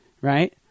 right